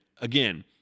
again